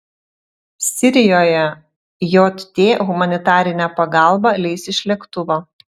sirijoje jt humanitarinę pagalbą leis iš lėktuvo